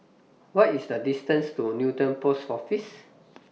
What IS The distance to Newton Post Office